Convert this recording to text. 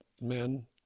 men